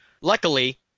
Luckily